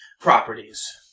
properties